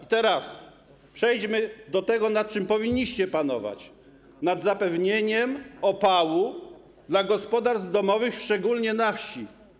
A teraz przejdźmy do tego, nad czym powinniście panować: nad zapewnieniem opału dla gospodarstw domowych, szczególnie na wsi.